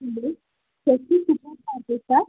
hello Swastik super market का